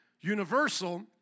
universal